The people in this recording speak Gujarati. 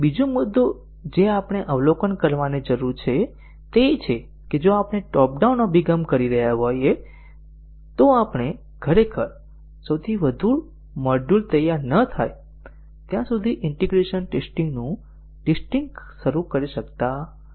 બીજો મુદ્દો જે આપણે અવલોકન કરવાની જરૂર છે તે એ છે કે જો આપણે ટોપ ડાઉન અભિગમ કરી રહ્યા છીએ તો આપણે ખરેખર સૌથી વધુ મોડ્યુલ તૈયાર ન થાય ત્યાં સુધી ઈન્ટીગ્રેશન ટેસ્ટીંગ નું ટેસ્ટીંગ શરૂ કરી શકતા નથી